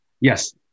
yes